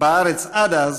בארץ עד אז,